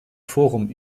forum